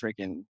freaking